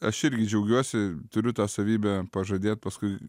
aš irgi džiaugiuosi turiu tą savybę pažadėt paskui